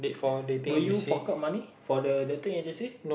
will you fork out money for the dating agency